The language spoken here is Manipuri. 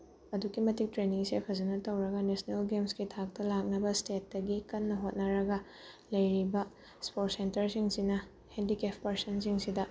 ꯑꯗꯨꯛꯀꯤ ꯃꯇꯤꯛ ꯇ꯭ꯔꯦꯟꯅꯤꯡꯁꯦ ꯐꯖꯅ ꯇꯧꯔꯒ ꯅꯦꯁꯅꯦꯜ ꯒꯦꯝꯁꯀꯤ ꯊꯥꯛꯇ ꯂꯥꯛꯅꯕ ꯏꯁꯇꯦꯠꯇꯒꯤ ꯀꯟꯅ ꯍꯣꯠꯅꯔꯒ ꯂꯩꯔꯤꯕ ꯏꯁꯄꯣꯔꯠ ꯁꯦꯟꯇꯔꯁꯤꯡꯁꯤꯅ ꯍꯦꯟꯗꯤꯀꯦꯐ ꯄꯔꯁꯟꯁꯤꯡꯁꯤꯗ